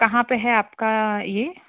कहाँ पर है आपका यह